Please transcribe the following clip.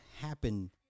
happen